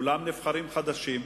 בכולן נבחרים חדשים,